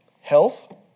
health